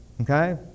Okay